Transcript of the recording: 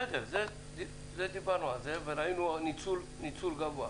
בסדר, דיברנו על זה וראינו ניצול גבוה.